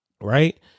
Right